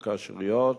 התקשרויות,